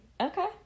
Okay